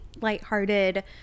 lighthearted